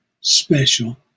special